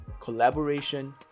collaboration